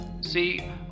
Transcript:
See